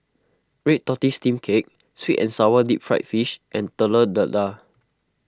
Red Tortoise Steamed Cake Sweet and Sour Deep Fried Fish and Telur Dadah